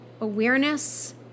awareness